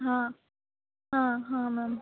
हां हां हां मॅम